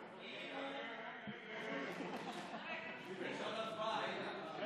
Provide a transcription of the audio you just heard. (הוראת שעה) (תיקון מס' 7), התשפ"א 2021, נתקבל.